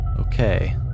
Okay